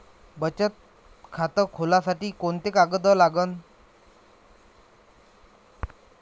बचत खात खोलासाठी कोंते कागद लागन?